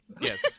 Yes